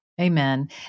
Amen